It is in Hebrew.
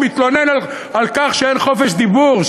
מתלונן על כך שאין חופש דיבור,